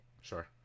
Sure